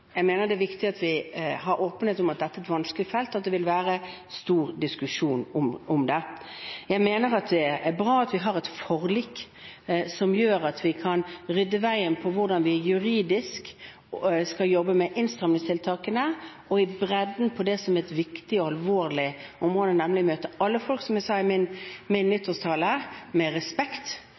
Jeg mener det er viktig at vi har åpenhet om at dette er et vanskelig felt, og at det vil være stor diskusjon om det. Jeg mener at det er bra at vi har et forlik som gjør at vi kan rydde veien for hvordan vi juridisk skal jobbe med innstramningstiltakene og i bredden på det som er et viktig og alvorlig område, nemlig å møte alle folk